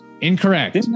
Incorrect